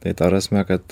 tai ta prasme kad